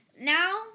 Now